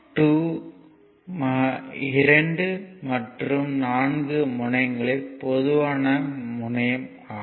2 மற்றும் 4 முனையங்களை பொதுவான முனையம் ஆகும்